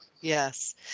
yes